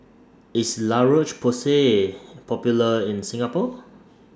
IS La Roche Porsay Popular in Singapore